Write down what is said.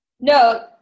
No